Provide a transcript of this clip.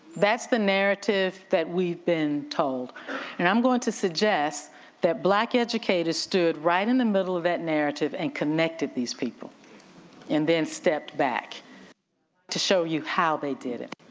that's the narrative that we've been told and i'm going to suggest that black educators stood right in the middle of that narrative and connected these people and then stepped back to show you how they did it.